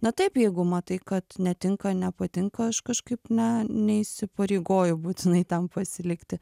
na taip jeigu matai kad netinka nepatinka aš kažkaip ne neįsipareigoju būtinai ten pasilikti